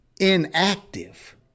inactive